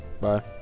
Bye